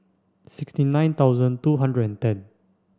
sixty nine thousand two hundred and ten